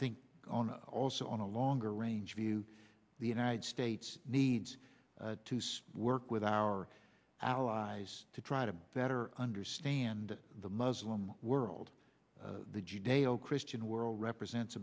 think on also on a longer range view the united states needs to see work with our allies to try to better understand the muslim world the judeo christian world represents